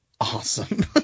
awesome